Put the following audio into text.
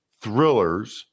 thrillers